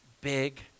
big